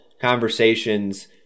conversations